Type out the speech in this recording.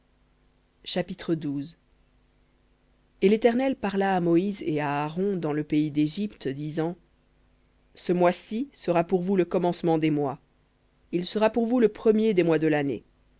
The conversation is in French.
chapitre et l'éternel parla à moïse et à aaron dans le pays d'égypte disant ce mois-ci sera pour vous le commencement des mois il sera pour vous le premier des mois de l'année